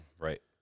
Right